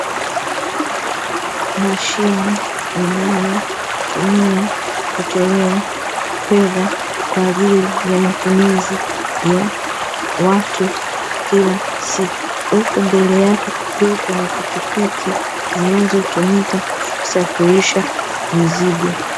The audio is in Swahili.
Mashine inayotumika kutolea fedha kwaajili ya matumizi ya watu kila siku, huku mbele yake kukiwa na pikipiki zinazotumika kusafirisha mizigo.